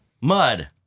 Mud